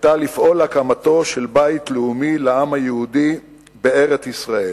לפעול להקמתו של בית לאומי לעם היהודי בארץ-ישראל.